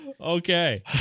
Okay